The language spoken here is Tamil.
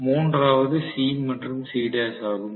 மூன்றாவது C மற்றும் C' ஆகும்